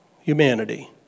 humanity